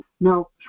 No